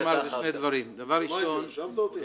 דבר ראשון --- רשמת אותי?